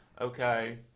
Okay